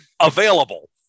available